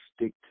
stick